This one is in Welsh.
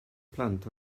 plant